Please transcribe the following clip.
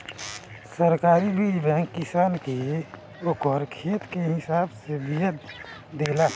सरकारी बीज बैंक किसान के ओकरी खेत के हिसाब से बिया देला